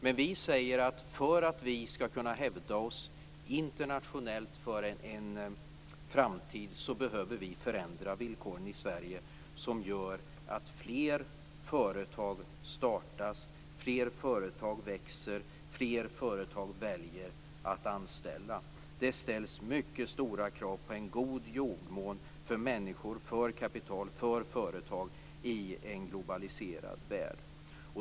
Men vi säger att för att vi skall kunna hävda oss internationellt i framtiden behöver vi förändra villkoren i Sverige så att fler företag startas, fler företag växer och fler företag väljer att anställa. Det ställs mycket stora krav på en god jordmån för människor, för kapital och för företag i en globaliserad värld.